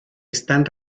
están